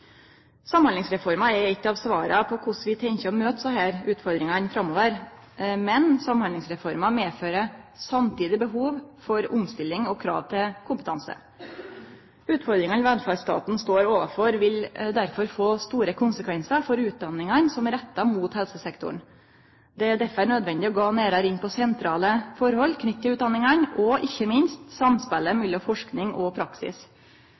Samhandlingsreforma er eit av svara på korleis vi tenkjer å møte desse utfordringane framover, men Samhandlingsreforma medfører samstundes eit behov for omstilling og krav til kompetanse. Utfordringane velferdsstaten står overfor, vil derfor få store konsekvensar for utdanningane som er retta mot helsesektoren. Det er derfor nødvendig å gå nærare inn på sentrale forhold knytte til utdanningane og, ikkje minst, samspelet mellom forsking og praksis.